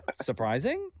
surprising